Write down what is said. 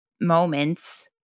moments